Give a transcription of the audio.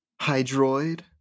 hydroid